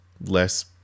less